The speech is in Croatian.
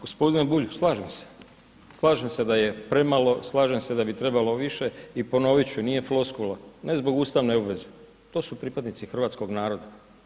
Gospodine Bulj slažem se, slažem se da je premalo, slažem se da bi trebalo više i ponovit ću nije floskula, ne zbog ustavne obveze, to su pripadnici hrvatskog naroda.